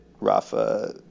Rafa